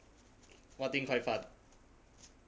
what thing quite fun